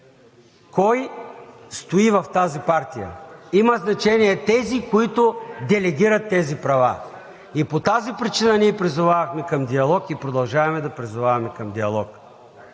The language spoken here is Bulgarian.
кой стои в тази партия. Имат значение тези, които делегират тези права. И по тази причина ние призовавахме към диалог и продължаваме да призоваваме към диалог.